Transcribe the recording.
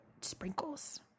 sprinkles